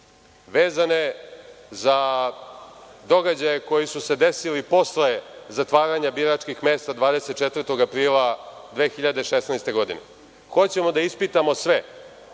vezane za događaje koji su se desili posle zatvaranja biračkih mesta 24. aprila 2016. godine. Hoćemo da ispitamo sve